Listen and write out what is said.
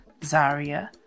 Zarya